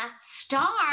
star